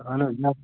اَہَن حظ نہَ